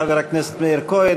חבר הכנסת מאיר כהן,